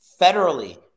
federally